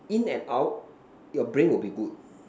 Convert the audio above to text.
in and out your brain will be good